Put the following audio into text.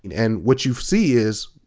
and what you see is,